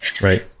Right